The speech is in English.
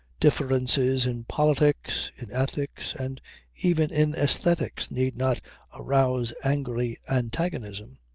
differences in politics, in ethics and even in aesthetics need not arouse angry antagonism.